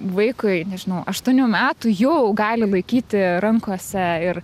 vaikui nežinau aštuonių metų jau gali laikyti rankose ir